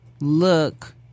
look